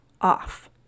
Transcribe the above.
off